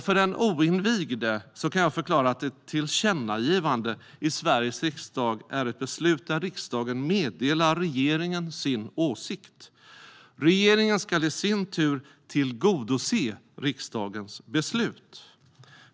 För den oinvigde kan jag förklara att ett tillkännagivande i Sveriges riksdag är ett beslut där riksdagen meddelar regeringen sin åsikt. Regeringen ska i sin tur tillgodose riksdagens beslut.